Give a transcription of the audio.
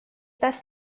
best